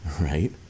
right